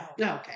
okay